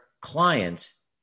clients